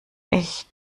ich